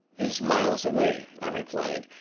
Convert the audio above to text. is miles away i replied.